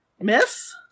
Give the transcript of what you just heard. Miss